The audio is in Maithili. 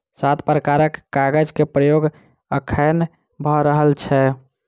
सात प्रकारक कागज के उपयोग अखैन भ रहल छै